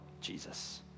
Jesus